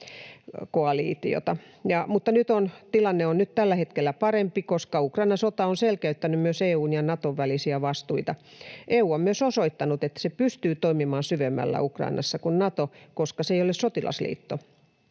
mutta tilanne on nyt tällä hetkellä parempi, koska Ukrainan sota on selkeyttänyt myös EU:n ja Naton välisiä vastuita. EU on myös osoittanut, että se pystyy toimimaan syvemmällä Ukrainassa kuin Nato, koska se ei ole sotilasliitto.